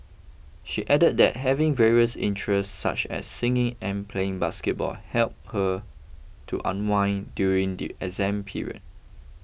she added that having various interests such as singing and playing basketball help her to unwind during the exam period